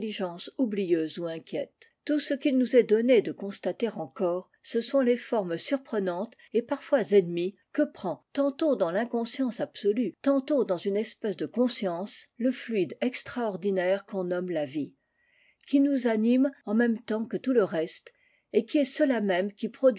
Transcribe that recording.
oublieuse ou inquiète tout ce quul nous est donné de constater encore ce sont les formes surprenantes et parfois ennemies que prend tantôt dans rineonscience absolue tantôt dans une espèce de conscience le fluide extraordinaire qu'on nomme la vie qui nous anime en môme temps que tout le reste et qui est cela même qui